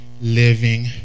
living